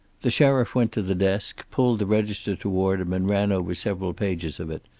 the sheriff went to the desk, pulled the register toward him and ran over several pages of it.